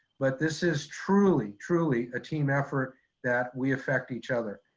but this is truly, truly a team effort that we affect each other.